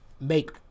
make